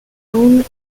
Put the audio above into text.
own